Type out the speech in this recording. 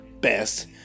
best